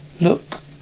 look